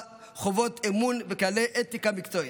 חובות אמון וכללי אתיקה מקצועית,